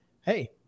Hey